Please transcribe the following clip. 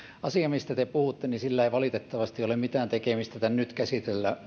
asialla mistä te puhutte ei valitettavasti ole mitään tekemistä tämän nyt